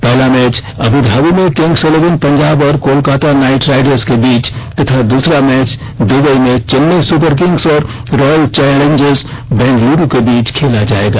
पहला match Abu Dhabi में Kings Eleven Punjab और कोलकाता नाइट राइडर्स के बीच तथा द्सरा मैच दुबई में चेन्नई सुपरकिंग्स और रॉयल चौलेंजर्स बंगलौर के बीच खेला जाएगा